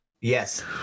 Yes